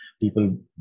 People